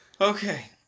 Okay